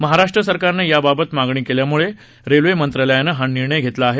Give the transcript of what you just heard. महाराष्ट्र सरकारनं याबाबत मागणी केल्यामुळे रेल्वे मंत्रालयानं हा निर्णय घेतला आहे